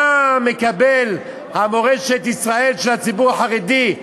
מה מקבלת מורשת ישראל של הציבור החרדי?